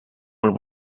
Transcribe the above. molt